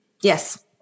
Yes